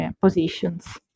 positions